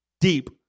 deep